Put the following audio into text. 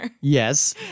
Yes